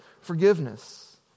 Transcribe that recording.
forgiveness